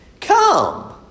come